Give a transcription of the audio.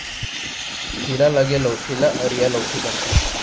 खीला लगे लउठी ल अरिया लउठी कथें